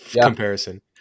comparison